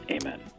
Amen